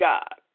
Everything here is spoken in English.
God